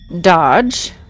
dodge